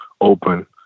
open